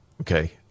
Okay